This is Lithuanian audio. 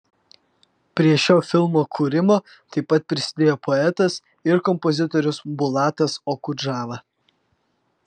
prie šio filmo kūrimo taip pat prisidėjo poetas ir kompozitorius bulatas okudžava